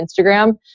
Instagram